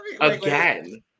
Again